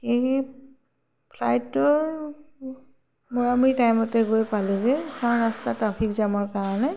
সেই ফ্লাইটটোৰ মূৰামূৰি টাইমতে গৈ পালোঁগৈ কাৰণ ৰাস্তা ট্ৰাফিক জামৰ কাৰণে